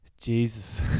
Jesus